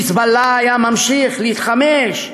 "חיזבאללה" היה ממשיך להתחמש,